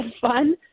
fun